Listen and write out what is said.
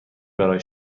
برای